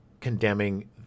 condemning